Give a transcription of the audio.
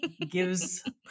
Gives